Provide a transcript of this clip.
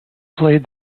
played